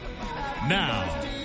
Now